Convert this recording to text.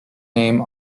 name